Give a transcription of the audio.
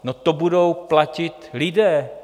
No, to budou platit lidé!